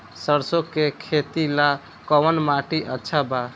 सरसों के खेती ला कवन माटी अच्छा बा?